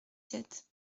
sept